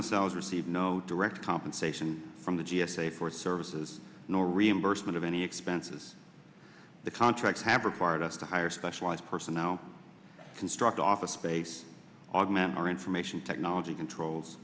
with sellers received no direct compensation from the g s a for services no reimbursement of any expenses the contracts have required us to hire a specialized person now construct office space augment our information technology controls